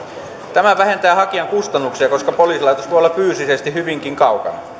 tämä vähentää hakijan kustannuksia koska poliisilaitos voi olla fyysisesti hyvinkin kaukana